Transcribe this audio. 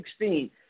2016